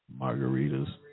Margaritas